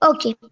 Okay